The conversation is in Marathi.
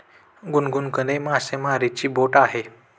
गुनगुनकडे मासेमारीची बोट आहे